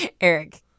Eric